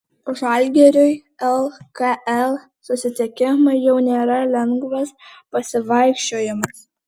žalgiriui lkl susitikimai jau nėra lengvas pasivaikščiojimas